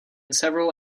several